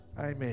Amen